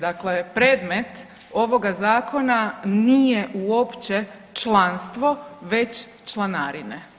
Dakle, predmet ovoga zakona nije uopće članstvo, već članarine.